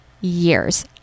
years